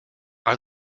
are